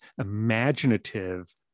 imaginative